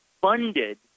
funded